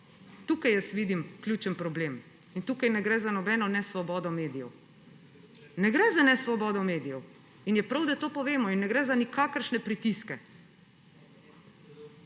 tukaj jaz vidim ključen problem in tukaj ne gre za nobeno nesvobodo medijev. Ne gre za nesvobodo medijev in je prav, da to povemo, in ne gre za nikakršne pritiske.